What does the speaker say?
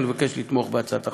אני מבקש לתמוך בהצעת החוק.